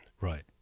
Right